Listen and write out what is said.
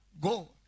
Go